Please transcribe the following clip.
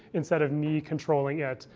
instead of me controlling it.